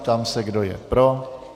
Ptám se, kdo je pro.